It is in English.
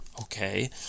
Okay